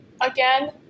again